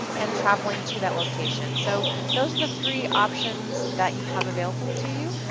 and travelling to that location. so those are the three options that you have available to you.